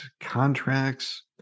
contracts